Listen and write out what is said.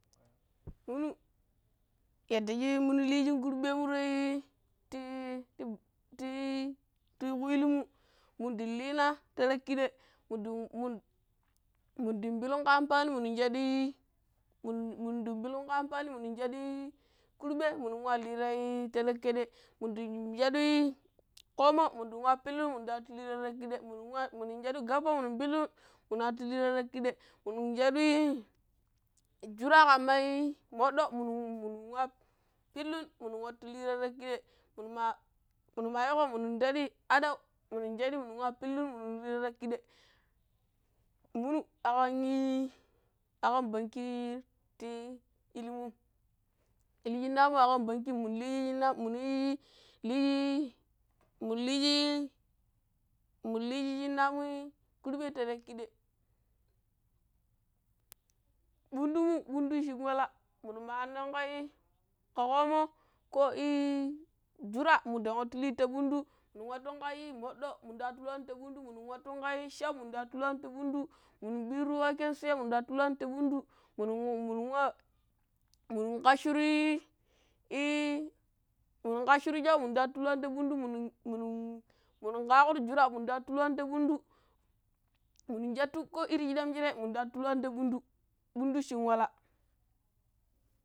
minu yada shi munu liishin kurɓe mu ri ti ku illi mu. mundin liina ti rekkidai minda pillun ka amfani munu shaɗii mundin pillun ka anfani mun shadi munun shadi kurɓei munu wa luun ti rekidai mindi shadu pkomo mindun wa pillun mindan watu luun ti rekidai min wa minun shadu gapai minun pillu minun watu lii ti rekidai munun shadu jura kamaii mooɗo minin wa pillun, munun watu lii ti rekidai munuma munuma yikko munun tadi adau munun shadi munu wa pillun minun lu ra rakidai minu akkaii akkam banki ti illinmum illi shinna mu akkam bankin minu lishi mun lishi shina mu kurbe ti rekidai ɓudumu, ɓundu shin walla muni ma hannan ka komooi ko ii jura mundan watu lii ti ɓundu munun watu ka moɗo munu watu luwani ta ɓundu munun watu kaii shau munda watu luwani. Ta ɓundu munun birru waken suya munda watu luwani ti ɓundu munun mmunun kashuru ii mumun kashuru shau munda tu luwani ti ɓundu munun kaguru jura mundaatu luwani ti ɓundu munu shatu ko irrin shidam shire munda atu luwani ti ɓundu ɓundu shin walla.